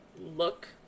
look